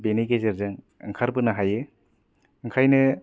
बेनि गेजेरजों ओंखारबोनो हायो ओंखायनो